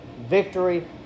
victory